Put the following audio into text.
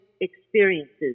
experiences